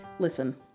Listen